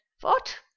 What